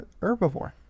herbivore